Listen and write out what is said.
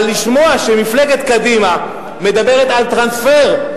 אבל לשמוע שמפלגת קדימה מדברת על טרנספר,